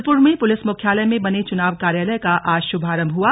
रुद्रपुर में पुलिस मुख्यालय में बने चुनाव कार्यालय का आज शुभारम्भ हुआ